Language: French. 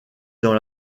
dans